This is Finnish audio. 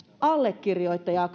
allekirjoittajaa